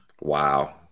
Wow